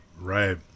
Right